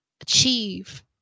achieve